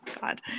God